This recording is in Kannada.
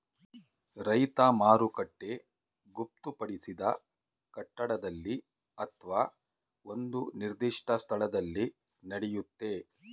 ರೈತ ಮಾರುಕಟ್ಟೆ ಗೊತ್ತುಪಡಿಸಿದ ಕಟ್ಟಡದಲ್ಲಿ ಅತ್ವ ಒಂದು ನಿರ್ದಿಷ್ಟ ಸ್ಥಳದಲ್ಲಿ ನಡೆಯುತ್ತೆ